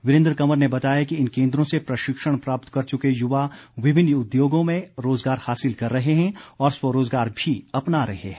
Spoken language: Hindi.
वीरेंद्र कंवर ने बताया कि इन केंद्रों से प्रशिक्षण प्राप्त कर चुके युवा विभिन्न उद्योगों में रोजगार हासिल कर रहे हैं और स्वरोजगार भी अपना रहे हैं